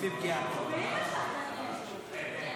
אני מקשיב למה שהנהגת יש עתיד אומרת לי.